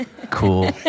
Cool